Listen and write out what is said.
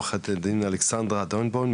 עורכת הדין אלכסנדרה דרנבוים,